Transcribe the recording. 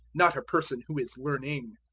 not a person who is learning.